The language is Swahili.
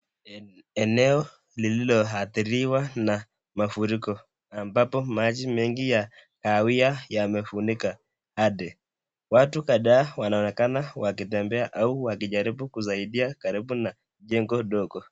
Eneo lililoadhiriwa na mafuriko ambapo maji mengi ya kahawia yamefunika ardhi watu kadhaa wanaonekana wakitembea au wakijaribu kusaidia karibu na jengo ndogo.